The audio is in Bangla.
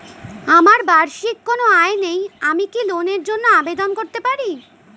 আমার বার্ষিক কোন আয় নেই আমি কি লোনের জন্য আবেদন করতে পারি?